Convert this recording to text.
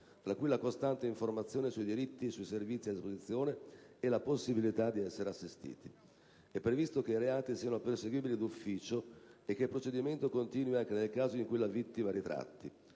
tra cui la costante informazione sui diritti e sui servizi a disposizione e la possibilità di essere assistiti. È previsto che i reati siano perseguibili d'ufficio e che il procedimento continui anche nel caso in cui la vittima ritratti.